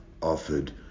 offered